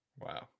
Wow